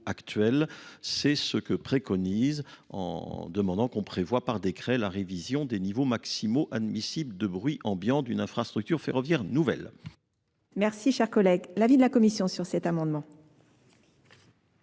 c'est ce que préconise en demandant qu'on prévoit par décret la révision des niveaux maximaux admissibles de bruit ambiant d'une infrastructure ferroviaire nouvelle. Merci, cher collègue, l'avis de la commission sur cet amendement.